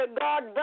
God